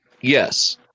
Yes